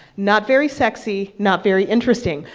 not very sexy, not very interesting.